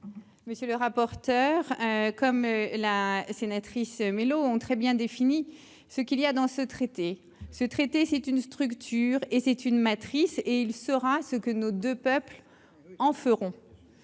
monsieur le rapporteur, comme la sénatrice Mélo ont très bien défini ce qu'il y a dans ce traité ce traité, c'est une structure et c'est une matrice et il sera ce que nos 2 peuples en feront,